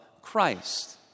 Christ